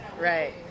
right